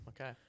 Okay